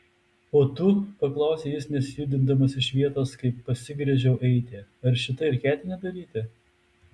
o tu paklausė jis nesijudindamas iš vietos kai pasigręžiau eiti ar šitai ir ketini daryti